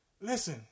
listen